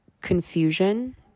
confusion